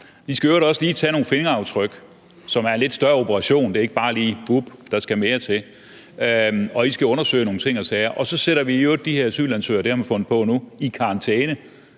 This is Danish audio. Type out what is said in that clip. tage nogle fingeraftryk – det er en lidt større operation, det er ikke bare lige, der skal mere til – og I skal undersøge nogle ting og sager. Så sætter vi i øvrigt de her asylansøgere – det